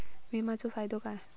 विमाचो फायदो काय?